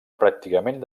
pràcticament